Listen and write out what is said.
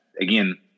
again